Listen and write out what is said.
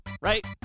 Right